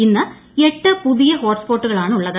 ഇന്ന് എട്ട് പുതിയ ഹോട്ട്സ്പോട്ടുകൾ ആണ് ഉള്ളത്